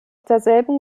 derselben